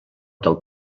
del